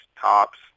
tops